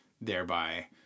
thereby